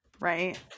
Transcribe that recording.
right